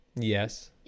yes